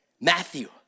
Matthew